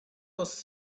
was